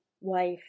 wife